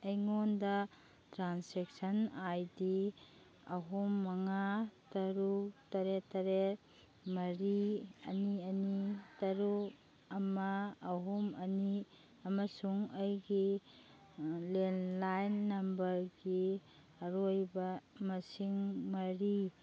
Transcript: ꯑꯩꯉꯣꯟꯗ transaction I D ꯑꯍꯨꯝ ꯃꯉꯥ ꯇꯔꯨꯀ ꯇꯔꯦꯠ ꯇꯔꯦꯠ ꯃꯔꯤ ꯑꯅꯤ ꯑꯅꯤ ꯇꯔꯨꯛ ꯑꯃ ꯑꯍꯨꯝ ꯑꯅꯤ ꯑꯃꯁꯨꯡ ꯑꯩꯒꯤ ꯂꯦꯟꯂꯥꯏꯟ ꯅꯝꯕꯔꯒꯤ ꯑꯔꯣꯏꯕ ꯃꯁꯤꯡ ꯃꯔꯤ